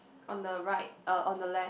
on the right uh on the left